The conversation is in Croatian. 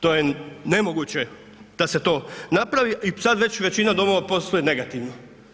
To je nemoguć da se to napravi i sad već većina domova posluje negativno.